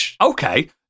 Okay